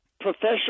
professional